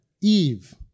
Eve